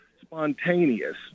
spontaneous